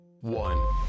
one